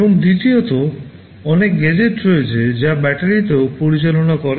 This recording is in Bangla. এবং দ্বিতীয়ত অনেক গ্যাজেট রয়েছে যা ব্যাটারিতেও পরিচালনা করে